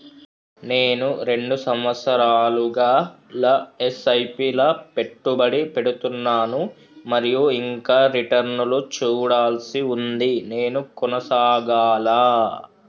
నేను రెండు సంవత్సరాలుగా ల ఎస్.ఐ.పి లా పెట్టుబడి పెడుతున్నాను మరియు ఇంకా రిటర్న్ లు చూడాల్సి ఉంది నేను కొనసాగాలా?